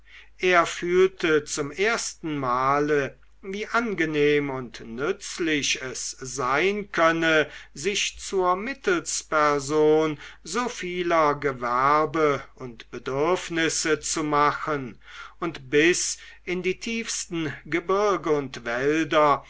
er fühlte zum ersten male wie angenehm und nützlich es sein könne sich zur mittelsperson so vieler gewerbe und bedürfnisse zu machen und bis in die tiefsten gebirge und wälder